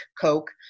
Coke